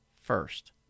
first